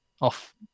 off